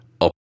Up